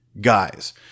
guys